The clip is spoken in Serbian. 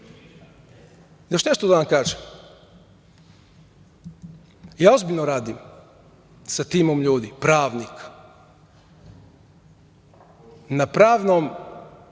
nešto da vam kažem, ja ozbiljno radim sa timom ljudi, pravnika, na pravnom